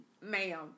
Ma'am